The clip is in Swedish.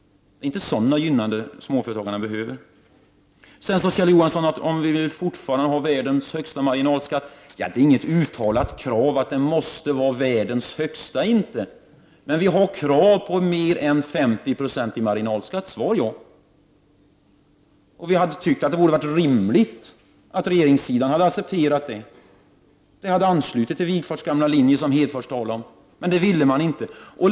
Det är inte på det viset som småföretagen behöver gynnas. Kjell Johansson sade att vi i vänsterpartiet fortfarande vill ha världens högsta marginalskatt. Det är inget uttalat krav från vår sida att den måste vara världens högsta, men vi har krav på mer än 50 90 marginalskatt. Vi tycker att det hade varit rimligt att man från regeringens sida hade accepterat detta. Det hade anslutit sig till Wigforss gamla linje som Hedfors talade om. Men det ville man inte.